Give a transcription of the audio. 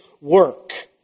work